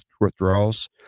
withdrawals